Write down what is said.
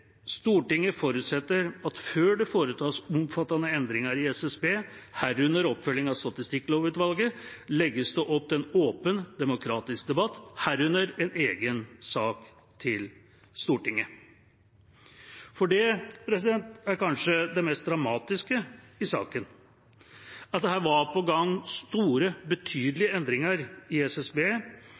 forutsetter at før det foretas omfattende endringer i SSB, herunder oppfølging av statistikklovutvalget, legges det opp til en åpen demokratisk debatt, herunder en egen sak til Stortinget.» For det kanskje mest dramatiske i saken er at det var på gang store, betydelige endringer i SSB